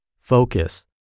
focus